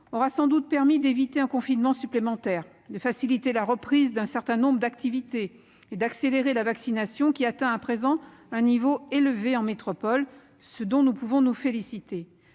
aura sans doute permis d'éviter un confinement supplémentaire, de faciliter la reprise d'un certain nombre d'activités et d'accélérer la vaccination, dont le taux atteint à présent un niveau élevé en métropole, ce dont nous pouvons nous féliciter.